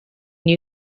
new